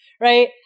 right